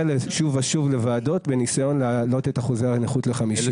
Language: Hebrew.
שוב ושוב לוועדות בניסיון להעלות את אחוזי הנכות ל-50.